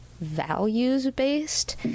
values-based